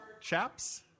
chaps